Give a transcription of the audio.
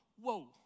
Whoa